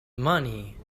money